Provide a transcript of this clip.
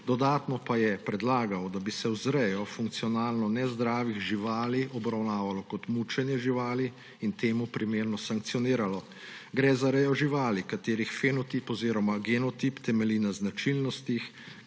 dodatno pa je predlagal, da bi se vzrejo funkcionalno nezdravih živali obravnavalo kot mučenje živali in temu primerno sankcioniralo. Gre za rejo živali, katerih fenotip oziroma genotip temelji na značilnostih,